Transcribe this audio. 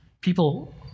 People